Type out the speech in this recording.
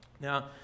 Now